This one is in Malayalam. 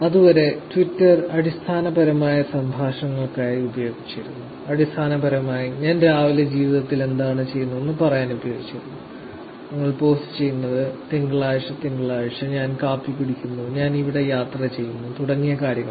അതുവരെ ട്വിറ്റർ അടിസ്ഥാനപരമായി സംഭാഷണങ്ങൾക്കായി ഉപയോഗിച്ചിരുന്നു അടിസ്ഥാനപരമായി ഞാൻ രാവിലെ ജീവിതത്തിൽ എന്താണ് ചെയ്യുന്നതെന്ന് പറയാൻ ഉപയോഗിച്ചിരുന്നു ഞങ്ങൾ പോസ്റ്റ് ചെയ്യുന്നത് തിങ്കളാഴ്ച തിങ്കളാഴ്ച ഞാൻ കാപ്പി കുടിക്കുന്നു ഞാൻ ഇവിടെ യാത്ര ചെയ്യുന്നു തുടങ്ങിയ കാര്യങ്ങൾ